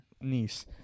niece